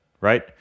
right